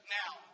now